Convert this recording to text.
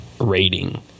rating